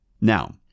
Now